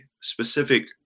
specific